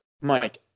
Mike